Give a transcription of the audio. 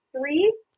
three